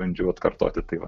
bandžiau atkartoti tai va